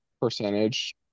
percentage